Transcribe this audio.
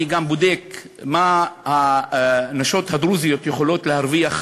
אני גם בודק מה הנשים הדרוזיות יכולות להרוויח